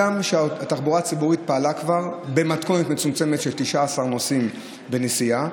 הגם שהתחבורה הציבורית פעלה כבר במתכונת מצומצמת של 19 נוסעים בנסיעה,